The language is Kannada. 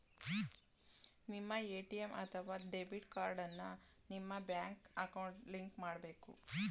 ನಿಮ್ಮ ಎ.ಟಿ.ಎಂ ಅಥವಾ ಡೆಬಿಟ್ ಕಾರ್ಡ್ ಅನ್ನ ನಿಮ್ಮ ನಿಮ್ಮ ಬ್ಯಾಂಕ್ ಅಕೌಂಟ್ಗೆ ಲಿಂಕ್ ಮಾಡಬೇಕು